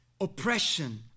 Oppression